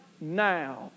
now